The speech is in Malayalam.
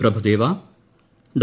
പ്രഭുദേവ ഡോ